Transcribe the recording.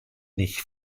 nicht